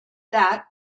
that